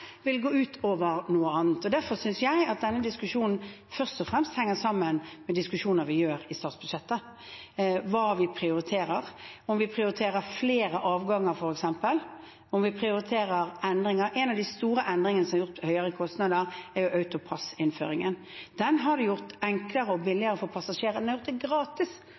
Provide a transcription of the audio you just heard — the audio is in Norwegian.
vil gå ut over noe annet. Derfor synes jeg at denne diskusjonen først og fremst henger sammen med diskusjoner vi gjør i statsbudsjettet, og hva vi prioriterer – om vi prioriterer flere avganger, f.eks., eller om vi prioriterer andre endringer. En av de store endringene som er gjort mot høyere kostnader, er AutoPASS-innføringen. Den har gjort det enklere og billigere, ja, faktisk gratis for passasjerer